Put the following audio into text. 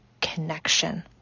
connection